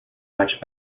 much